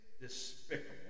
despicable